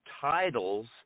titles